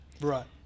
Right